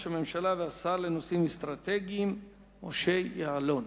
הממשלה והשר לנושאים אסטרטגיים משה יעלון.